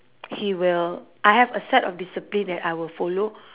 he will I have a set of discipline that I will follow